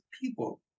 people